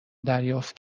دریافت